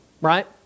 right